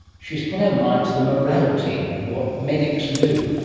she's put her mind to the morality of what medics do,